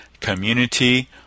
community